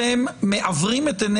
אתם מעוורים את עיני